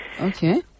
Okay